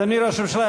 אדוני ראש הממשלה,